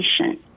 patient